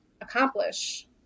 accomplish